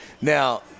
Now